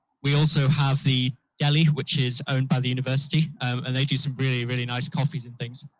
we also have the deli which is owned by the university, and they do some really, really nice coffees and things.